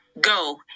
go